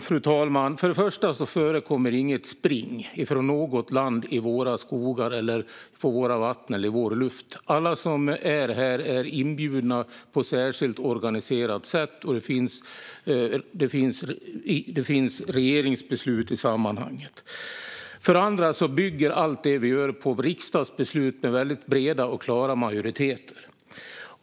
Fru talman! För det första förekommer det inget "spring" från något land i våra skogar, på våra vatten eller i vår luft. Alla som är här är inbjudna på ett särskilt organiserat sätt, och det finns regeringsbeslut i sammanhanget. För det andra bygger allt det vi gör på riksdagsbeslut med breda och klara majoriteter.